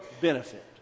benefit